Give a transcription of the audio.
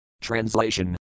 Translation